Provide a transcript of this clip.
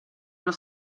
allo